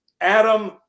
Adam